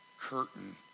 curtain